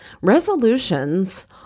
resolutions